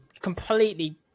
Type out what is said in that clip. completely